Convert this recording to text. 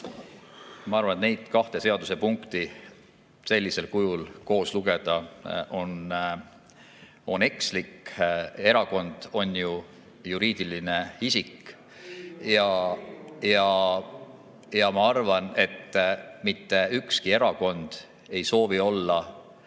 Ma arvan, et neid kahte seadusepunkti sellisel kujul koos lugeda on ekslik. Erakond on ju juriidiline isik ja ma arvan, et mitte ükski erakond ei soovi olla